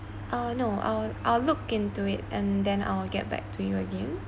uh no I'll I'll look into it and then I'll get back to you again